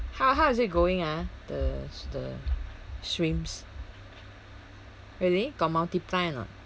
how how is it going ah the the shrimps really got multiply or not